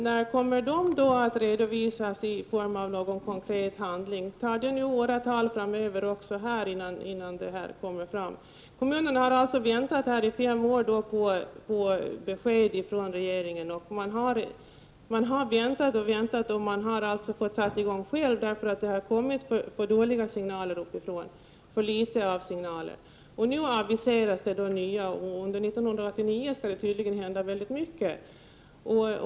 När kommer de att märkas i form av konkret handling? Tar det åratal innan också detta kommer fram? Kommunerna har alltså väntat i fem år på besked från regeringen. De har väntat och väntat, och till slut har de fått sätta i gång själva därför att de har Prot. 1988/89:18 kommit för dåliga och för få signaler uppifrån. Nu aviseras det nyheter. 7 november 1988 Under 1989 skall det tydligen hända mycket.